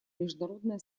международное